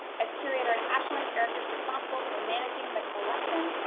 as curator at ashland, eric is responsible for managing the collection,